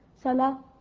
Salah